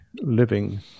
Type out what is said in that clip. living